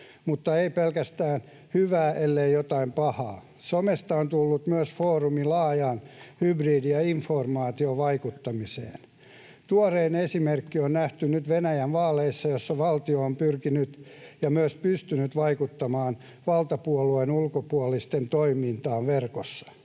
mutta ei pelkästään hyvää, ellei jotain pahaakin. Somesta on tullut myös foorumi laajalle hybridi‑ ja informaatiovaikuttamiselle. Tuorein esimerkki on nähty nyt Venäjän vaaleissa, joissa valtio on pyrkinyt ja myös pystynyt vaikuttamaan valtapuolueen ulkopuolisten toimintaan verkossa.